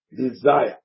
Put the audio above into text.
desire